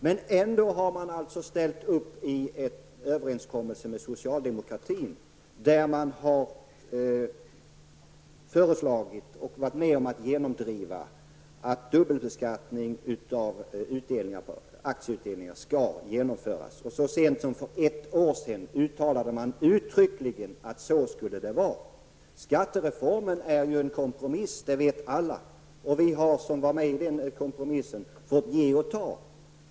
Men ändå har man alltså ställt upp på en överenskommelse med socialdemokraterna där man har föreslagit och varit med om att genomdriva att dubbelbeskattning av utdelning på aktier skall genomföras. Så sent som för ett år sedan uttalade man uttryckligen att det skulle vara på det viset. Skattereformen är ju en kompromiss; det vet alla. Vi som var med i den kompromissen har fått ge och ta.